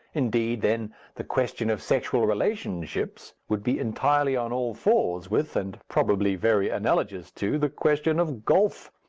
indeed, then the question of sexual relationships would be entirely on all fours with, and probably very analogous to, the question of golf.